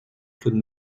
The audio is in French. claude